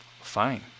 fine